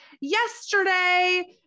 yesterday